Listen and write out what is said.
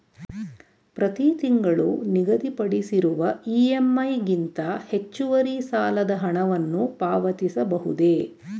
ಪ್ರತಿ ತಿಂಗಳು ನಿಗದಿಪಡಿಸಿರುವ ಇ.ಎಂ.ಐ ಗಿಂತ ಹೆಚ್ಚುವರಿ ಸಾಲದ ಹಣವನ್ನು ಪಾವತಿಸಬಹುದೇ?